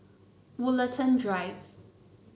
Woollerton Drive